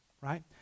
right